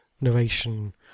narration